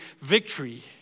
victory